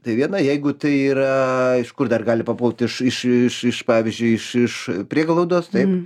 tai viena jeigu tai yra iš kur dar gali papult iš iš iš iš pavyzdžiui iš iš prieglaudos taip